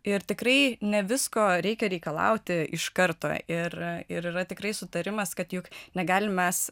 ir tikrai ne visko reikia reikalauti iš karto ir ir yra tikrai sutarimas kad juk negalim mes